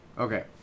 Okay